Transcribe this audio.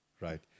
right